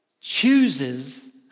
chooses